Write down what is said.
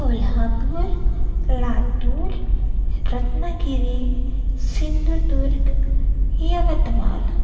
Kolhapur Latur Ratnagiri Sindhudurg Yavatmal